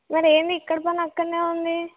మరేమి ఎక్కడ పని అక్కడే ఉంది